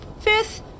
Fifth